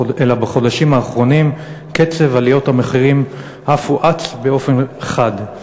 אלא שבחודשים האחרונים קצב עליות המחירים אף הואץ באופן חד.